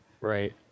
Right